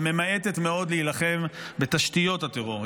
אבל ממעטת מאוד להילחם בתשתיות הטרור.